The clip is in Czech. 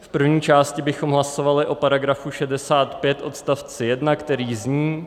V první části bychom hlasovali o § 65 odst. 1, který zní: